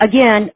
Again